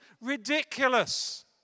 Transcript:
ridiculous